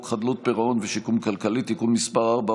חדלות פירעון ושיקום כלכלי (תיקון מס' 4,